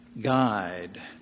guide